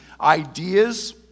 ideas